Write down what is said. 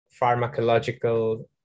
pharmacological